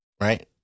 right